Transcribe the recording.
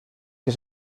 que